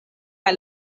kaj